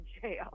jail